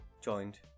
joined